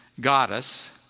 goddess